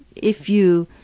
if you